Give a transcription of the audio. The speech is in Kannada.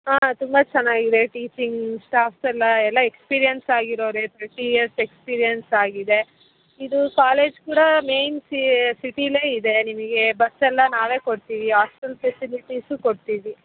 ಹಾಂ ತುಂಬ ಚೆನ್ನಾಗಿದೆ ಟೀಚಿಂಗ್ ಸ್ಟಾಫ್ಸ್ ಎಲ್ಲ ಎಲ್ಲ ಎಕ್ಸ್ಪೀರಿಯೆನ್ಸ್ ಆಗಿರೋವ್ರೆ ತರ್ಟಿ ಇಯರ್ಸ್ ಎಕ್ಸ್ಪೀರಿಯೆನ್ಸ್ ಆಗಿದೆ ಇದು ಕಾಲೇಜ್ ಕೂಡ ಮೈನ್ ಸಿ ಸಿಟೀಲ್ಲೆ ಇದೆ ನಿಮಗೆ ಬಸ್ ಎಲ್ಲ ನಾವೇ ಕೊಡ್ತೀವಿ ಹಾಸ್ಟೆಲ್ ಫೆಸಿಲಿಟೀಸೂ ಕೊಡ್ತೀವಿ